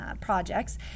projects